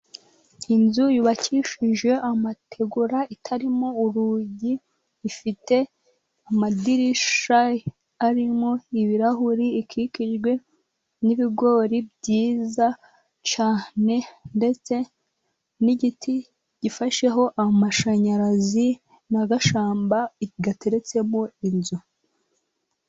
Inzu yubakishije amategura itarimo urugi, ifite amadirishya arimo ibirahuri, ikikijwe n'ibigori byiza cyane ndetse n'igiti gifasheho amashanyarazi, n' agashyamba gateretsemo inzu.